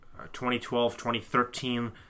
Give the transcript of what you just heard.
2012-2013